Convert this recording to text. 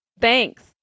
Thanks